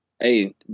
Hey